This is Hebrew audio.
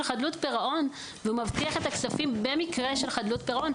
חדלות פירעון ומבטיח את הכספים במקרה של חדלות פירעון.